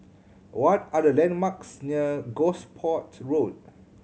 what are the landmarks near Gosport Road